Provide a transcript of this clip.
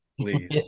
please